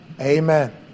Amen